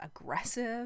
aggressive